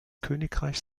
königreich